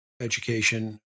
education